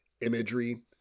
imagery